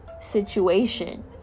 situation